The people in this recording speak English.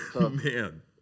Man